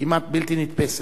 כמעט בלתי נתפסת.